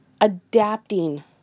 adapting